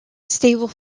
stable